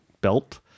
belt